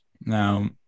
Now